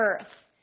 earth